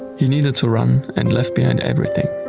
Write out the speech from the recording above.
he needed to run and left behind everything.